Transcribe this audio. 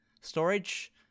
storage